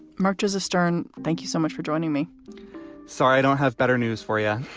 marches astern thank you so much for joining me sorry, i don't have better news for yeah